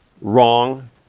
wrong